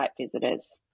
visitors